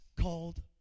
called